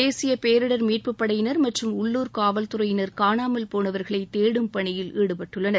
தேசிய பேரிடர் மீட்பு படையினர் மற்றும் உள்ளுர் காவல் துறையினர் காணமல் போனவர்களை தேடும் பணியில் ஈடுபட்டுள்ளனர்